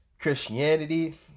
Christianity